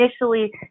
initially